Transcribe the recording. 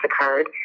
occurred